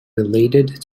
related